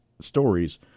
stories